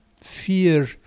fear